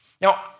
Now